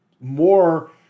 more